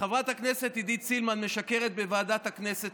חברת הכנסת עידית סילמן משקרת בוועדת הכנסת